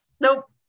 nope